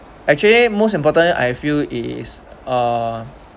actually most importantly I feel is ah